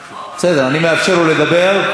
בסדר, אני מאפשר לו לדבר.